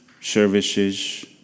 services